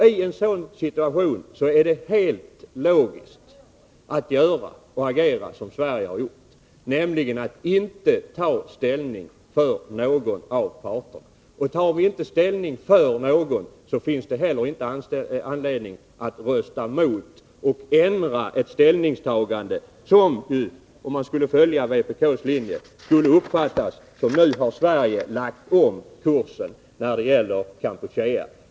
I en sådan situation är det helt logiskt att agera som Sverige har gjort, nämligen att inte ta ställning för någon av parterna. Tar vi inte ställning för någon, finns det heller inte anledning att rösta mot någon av parterna. Om vi följde vpk:s linje, skulle det uppfattas så att Sverige nu har lagt om kursen när det gäller Kampuchea.